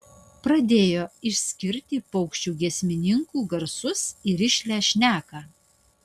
pradėjo išskirti paukščių giesmininkų garsus į rišlią šneką